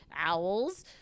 Owls